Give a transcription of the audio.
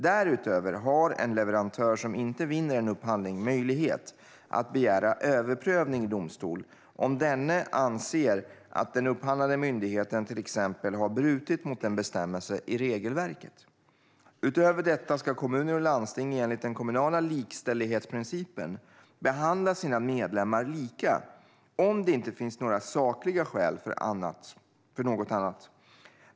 Därutöver har en leverantör som inte vinner en upphandling möjlighet att begära överprövning i domstol om denne anser att den upphandlade myndigheten till exempel har brutit mot en bestämmelse i regelverket. Utöver detta ska kommuner och landsting enligt den kommunala likställighetsprincipen behandla sina medlemmar lika om det inte finns sakliga skäl för något annat.